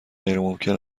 غیرممکن